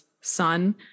son